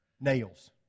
nails